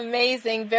Amazing